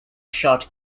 shot